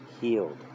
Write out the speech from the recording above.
healed